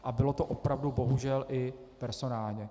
A bylo to opravdu bohužel i personálně.